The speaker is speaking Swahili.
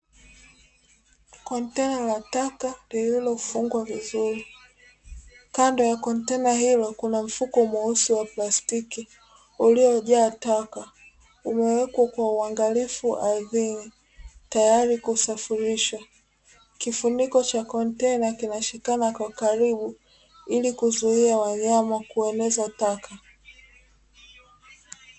Kontena la taka lililofungwa vizuri. Kando ya kontena hilo kuna mfuko mweusi wa plastiki uliojaa taka, umewekwa kwa uangalifu chini tayari kusafirisha. Kifuniko cha kontena kinashikana kwa karibu ili kuzuia wanyama kueneza taka.